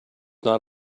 not